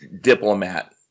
diplomat